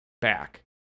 back